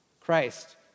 Christ